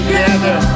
Together